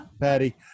Patty